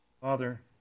Father